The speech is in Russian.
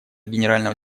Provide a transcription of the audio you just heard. генерального